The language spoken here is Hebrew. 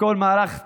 מכל מהלך ציני.